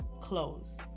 clothes